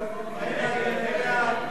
להסיר מסדר-היום את